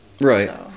Right